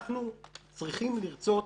אנחנו צריכים לרצות